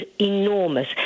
enormous